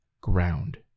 ground